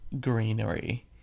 greenery